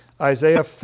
Isaiah